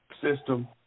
system